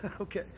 Okay